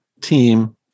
team